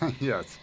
Yes